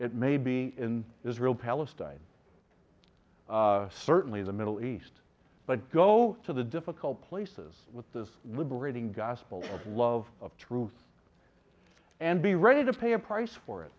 it may be in israel palestine certainly the middle east but go to the difficult places with this liberating gospel of love of truth and be ready to pay a price for it